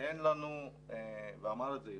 אין לנו, ואמר את זה יוסי,